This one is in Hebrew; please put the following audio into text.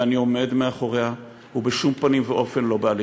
ואני עומד מאחוריה, ובשום פנים ואופן לא באלימות.